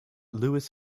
lewis